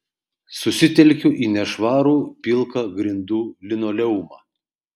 susitelkiu į nešvarų pilką grindų linoleumą